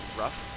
rough